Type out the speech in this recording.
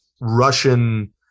Russian